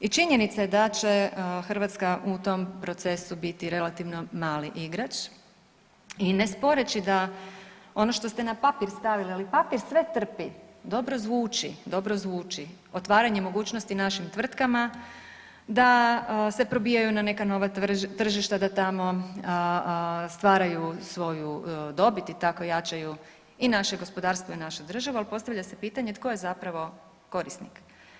I činjenica je da će Hrvatska u tom procesu biti relativno mali igrač i ne sporeći da ono što ste na papir stavili, ali papir sve trpi dobro zvuči, dobro zvuči, otvaranje mogućnosti našim tvrtkama da se probijaju na neka nova tržišta, da tamo stvaraju svoju dobit i tako jačaju i naše gospodarstvo i našu državu, ali postavlja se pitanje tko je zapravo korisnik.